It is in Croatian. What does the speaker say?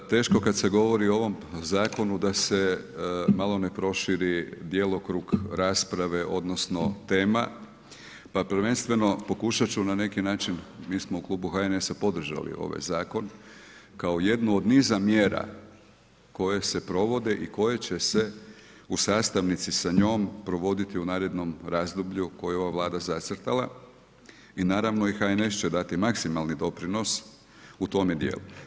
Teško kada se govori o ovom zakonu da se malo ne proširi djelokrug rasprave odnosno tema, pa prvenstveno pokušati ću na neki način, mi smo u klubu HNS-a podržali ovaj zakon kao jednu od niza mjera koje se provode i koje će se u sastavnici sa njom provoditi u narednom razdoblju koje je ova Vlada zacrtala i naravno i HNS će dati maksimalni doprinos u tome dijelu.